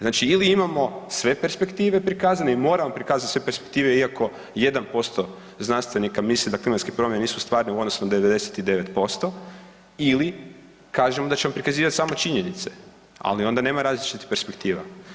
Znači ili imamo sve perspektive prikazane i moramo prikazati sve perspektive iako 1% znanstvenika misli da klimatske promjene nisu stvarne u odnosu na 99% ili kažemo da ćemo prikazivati samo činjenice, ali onda nema različitih perspektiva.